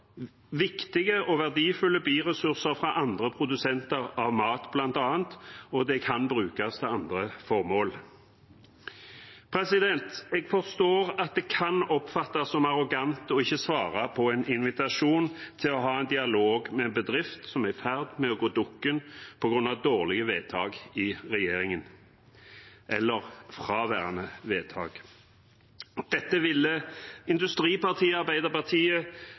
viktige og verdifulle biressurser fra andre produsenter av mat bl.a., og de kan brukes til andre formål. Jeg forstår at det kan oppfattes som arrogant å ikke svare på en invitasjon til å ha en dialog med en bedrift som er i ferd med å gå dukken på grunn av dårlige vedtak i regjeringen – eller fraværende vedtak. Dette ville industripartiet Arbeiderpartiet